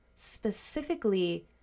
specifically